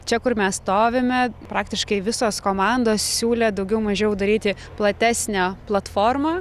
čia kur mes stovime praktiškai visos komandos siūlė daugiau mažiau daryti platesnę platformą